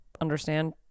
understand